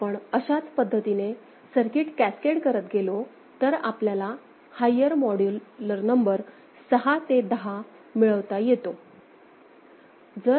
जर आपण अशाच पद्धतीने सर्किट कॅस्केड करत गेलो तर आपल्याला हायर मॉड्यूलर नंबर सहा ते दहा मिळवता येतो